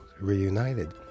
reunited